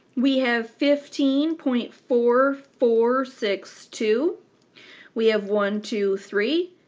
we have fifteen point four four six two we have one, two, three.